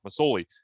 Masoli